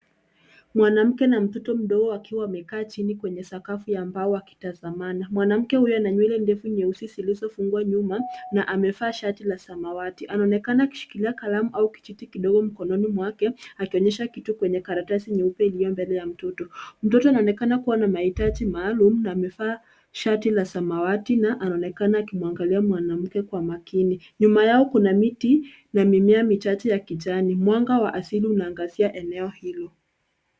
Mwanamke na mtoto mdogo akiwa amekaa chini kwenye sakafu ya mbao wakitazamana. Mwanamke huyo na nywele ndefu nyeusi zilizofungwa nyuma na amevaa shati la samawati. Anaonekana akishikilia kalamu au kijiti kidogo mkononi mwake akionyesha kitu kwenye karatasi nyeupe iliyo mbele ya mtoto. Mtoto anaonekana kuwa na mahitaji maalum na amefaa shati na samawati na anaonekana akimwangalia mwanamke kwa makini. Nyuma yao kuna miti na mimea michache ya kijani. Mwanga wa asili unaangazia eneo hilo.